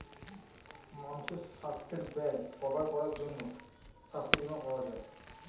মানুষের সাস্থের ব্যয় কভার করার জন্যে সাস্থ বীমা পাওয়া যায়